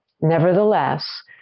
Nevertheless